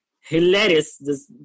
Hilarious